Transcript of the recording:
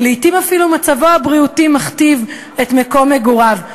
לעתים אפילו מצבו הבריאותי מכתיב את מקום מגוריו.